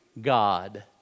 God